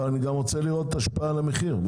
אבל אני רוצה גם לראות השפעה על המחיר.